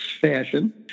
fashion